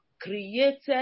created